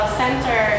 center